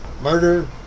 Murder